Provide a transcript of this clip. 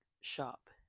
shop